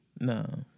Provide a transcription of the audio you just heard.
No